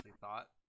thought